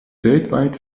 weltweit